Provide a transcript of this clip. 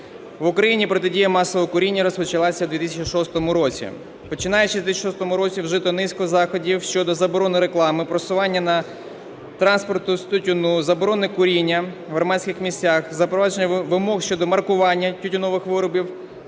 В Україні протидія масового куріння розпочалася в 2006 році. Починаючи з 2006 року, вжито низку заходів щодо заборони реклами просування на транспорту тютюну, заборони куріння в громадських місцях, запровадження вимог щодо маркування тютюнових виробів,